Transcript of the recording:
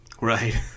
Right